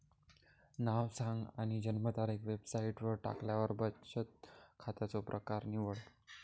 नाव सांग आणि जन्मतारीख वेबसाईटवर टाकल्यार बचन खात्याचो प्रकर निवड